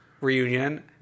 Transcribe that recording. reunion